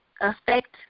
affect